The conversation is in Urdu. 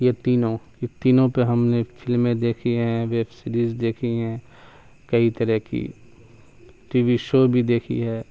یہ تینوں یہ تینوں پہ ہم نے فلمیں دیکھی ہیں ویب سریز دیکھی ہیں کئی طرح کی ٹی وی شو بھی دیکھی ہے